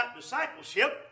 discipleship